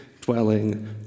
dwelling